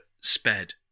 sped